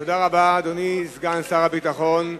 תודה רבה, אדוני סגן שר הביטחון.